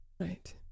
Right